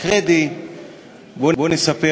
ולכן אבקש מהכנסת כי תתמוך בנוסח המוצע.